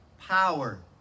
power